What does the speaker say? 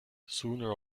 sooner